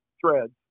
threads